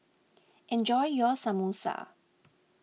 enjoy your Samosa